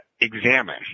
examine